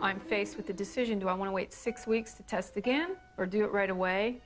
i'm faced with a decision do i want to wait six weeks to test again or do it right away